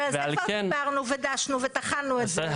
אבל על זה כבר דיברנו ודשנו וטחנו את זה.